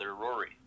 Rory